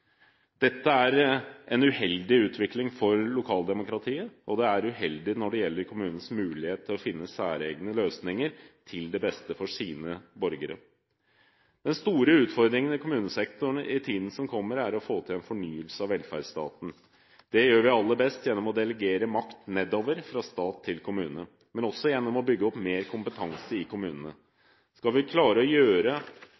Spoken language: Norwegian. Dette er en uheldig utvikling for lokaldemokratiet, og det er uheldig når det gjelder kommunens mulighet til å finne særegne løsninger til beste for sine borgere. Den store utfordringen i kommunesektoren i tiden som kommer, er å få til en fornyelse av velferdsstaten. Det gjør vi aller best ved å delegere makt nedover, fra stat til kommune, men også gjennom å bygge opp mer kompetanse i